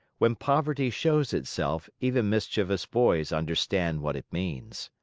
when poverty shows itself, even mischievous boys understand what it means.